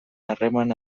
harreman